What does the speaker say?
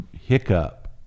hiccup